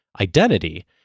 identity